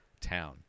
town